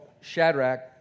Shadrach